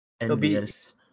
Envious